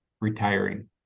retiring